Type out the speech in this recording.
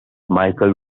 michael